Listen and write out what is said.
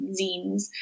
zines